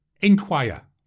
Inquire